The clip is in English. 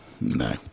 No